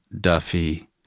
Duffy